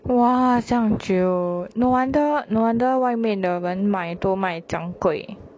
!wah! 这样久 no wonder no wonder 外面的人卖都卖这样贵